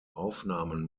aufnahmen